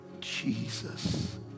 jesus